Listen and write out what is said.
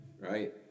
right